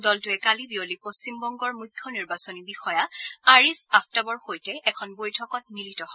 দলটোৱে কালি বিয়লি পশ্চিমবংগৰ মুখ্য নিৰ্বাচনী বিষয়া আৰিছ আফতাবৰ সৈতে এখন বৈঠকত মিলিত হয়